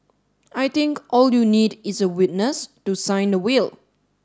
I think all you need is a witness to sign the will